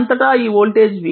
దీని అంతటా ఈ వోల్టేజ్ v